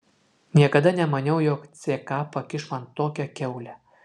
niekada nemaniau jog ck pakiš man tokią kiaulę